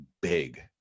big